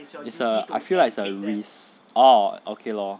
it's a I feel like it's a risk oh okay lor